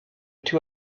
two